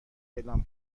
اعلام